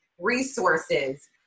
resources